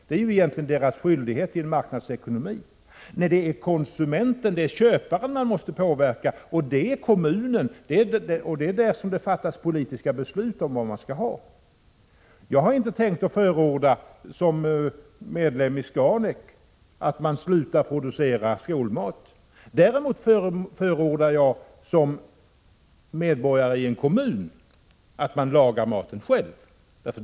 Det är ju egentligen deras skyldighet i en marknadsekonomi. Det är konsumenten, köparen, man måste påverka, och det är kommunen. Det är där det fattas politiska beslut om vad man skall ha. Jag har inte tänkt att, som medlem i Scanek, förorda att man slutar producera skolmat. Däremot förordar jag, som medborgare i en kommun, att man lagar maten själv.